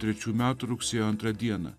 trečių metų rugsėjo antrą dieną